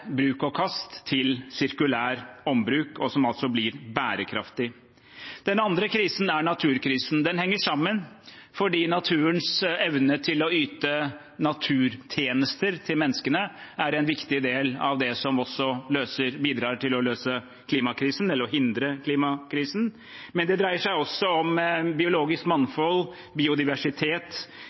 til sirkulær ombruk, og som altså blir bærekraftig. Den andre krisen er naturkrisen. Den henger sammen med klimakrisen, fordi naturens evne til å yte naturtjenester til menneskene er en viktig del av det som også bidrar til å løse klimakrisen, eller til å hindre klimakrisen. Det dreier seg også om biologisk mangfold, biodiversitet